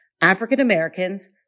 African-Americans